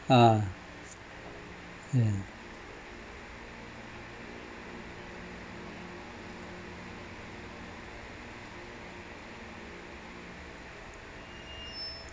ah ya